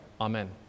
Amen